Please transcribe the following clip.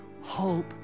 hope